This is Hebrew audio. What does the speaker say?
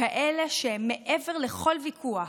כאלה שהם מעבר לכל ויכוח.